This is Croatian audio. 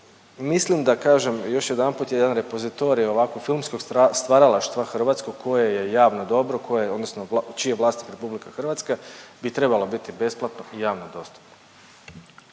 mislim da kažem još jedanput jedan repozitorij ovako filmskog stvaralaštva hrvatskog koje je javno dobro, koje je odnosno čiji je vlasnik RH bi trebala biti besplatna i javno dostupna.